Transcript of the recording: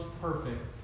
perfect